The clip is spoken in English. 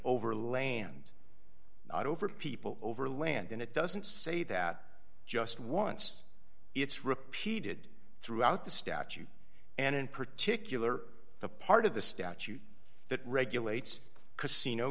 over land not over people over land and it doesn't say that just once it's repeated throughout the statute and in particular the part of the statute that regulates casino